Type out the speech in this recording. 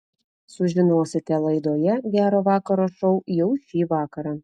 sužinosite laidoje gero vakaro šou jau šį vakarą